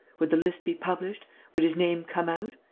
would the list be published? would his name come out?